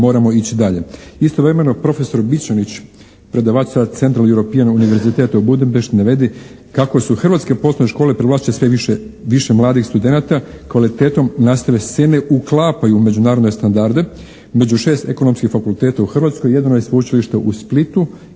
moramo ići dalje. Istovremeno profesor Bičanić, predavač sa Central European University u Budimpešti navodi kako su hrvatske poslovne škole privlače sve više mladih studenata, kvalitetom nastave se ne uklapaju u međunarodne standarde. Među 6 ekonomskih fakulteta u Hrvatskoj jedino je sveučilište u Splitu